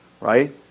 right